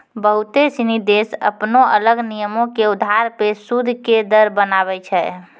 बहुते सिनी देश अपनो अलग नियमो के अधार पे सूद के दर बनाबै छै